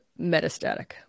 metastatic